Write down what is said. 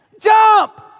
Jump